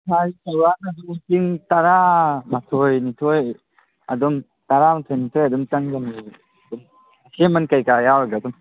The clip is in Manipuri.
ꯆꯥꯎꯔꯥꯛꯅ ꯑꯗꯨꯝ ꯂꯤꯁꯤꯡ ꯇꯔꯥꯃꯥꯊꯣꯏ ꯅꯤꯊꯣꯏ ꯑꯗꯨꯝ ꯇꯔꯥꯃꯥꯊꯣꯏ ꯅꯤꯊꯣꯏ ꯑꯗꯨꯝ ꯆꯪꯒꯅꯤ ꯑꯁꯦꯝꯃꯟ ꯀꯔꯤ ꯀꯔꯥ ꯌꯥꯎꯔꯒ ꯑꯗꯨꯝ